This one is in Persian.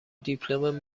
دیپلم